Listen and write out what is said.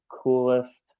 coolest